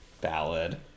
ballad